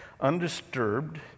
undisturbed